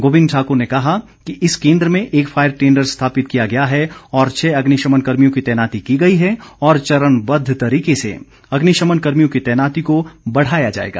गोविंद ठाकुर ने कहा कि इस केंद्र में एक फायर टेंडर स्थापित किया गया है और छः अग्निशमन कर्मियो की तैनाती की गई है और चरणबद्ध तरीके से अग्निशमन कर्मियों की तैनाती को बढ़ाया जाएगा